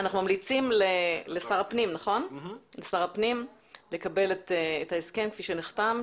אנחנו ממליצים לשר הפנים לקבל את ההסכם כפי שנחתם,